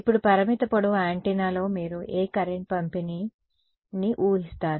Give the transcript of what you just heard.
ఇప్పుడు పరిమిత పొడవు యాంటెన్నాలో మీరు ఏ కరెంట్ పంపిణీని ఊహిస్తారు